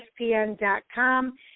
ESPN.com